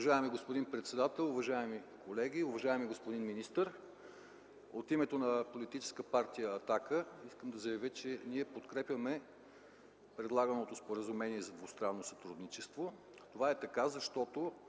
Уважаеми господин председател, уважаеми колеги, уважаеми господин министър! От името на Политическа партия „Атака” искам да заявя, че ние подкрепяме предлаганото споразумение за двустранно сътрудничество. Това е така, защото